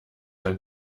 ein